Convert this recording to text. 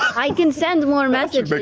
i can send more messages,